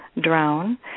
Drown